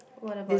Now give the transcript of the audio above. what about this